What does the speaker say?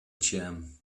jam